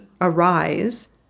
arise